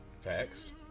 Facts